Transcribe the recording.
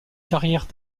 carrières